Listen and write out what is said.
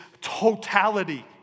totality